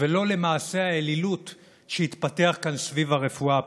ולא למעשה האלילות שהתפתח כאן סביב הרפואה הפרטית.